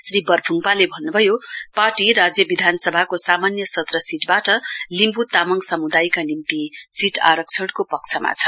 श्री बर्फुङपाले भन्नुभयो पार्टी राज्य विधानसभाको सामान्य सत्र सीटबाट लिम्बु तामाङ समुदायका निम्ति सीट आरक्षणको पक्षमा छ